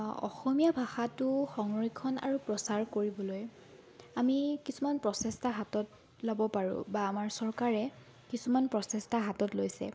অসমীয়া ভাষাটো সংৰক্ষণ আৰু প্ৰচাৰ কৰিবলৈ আমি কিছুমান প্ৰচেষ্টা হাতত ল'ব পাৰোঁ বা আমাৰ চৰকাৰে কিছুমান প্ৰচেষ্টা হাতত লৈছে